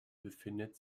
befindet